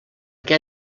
què